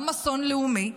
גם אסון לאומי,